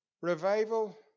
Revival